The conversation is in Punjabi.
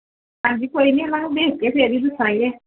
ਹਾਂਜੀ ਕੋਈ ਨਹੀਂ ਉਹਨਾਂ ਨੂੰ ਦੇਖ ਕੇ ਫਿਰ ਹੀ ਦੱਸਾਂਗੇ